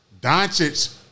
Doncic